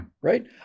right